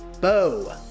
Bo